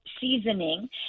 seasoning